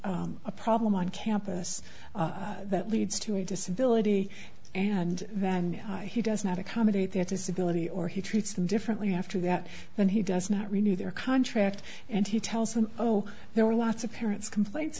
a problem on campus that leads to a disability and then he does not accommodate their disability or he treats them differently after that then he does not renew their contract and he tells them oh there were lots of parents complain